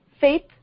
Faith